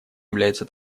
является